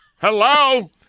Hello